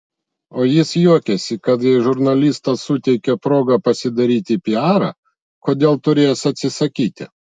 o jis juokiasi kad jei žurnalistas suteikė progą pasidaryti piarą kodėl turėjęs atsisakyti